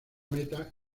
meta